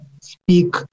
speak